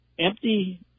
empty